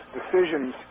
decisions